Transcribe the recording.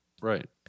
right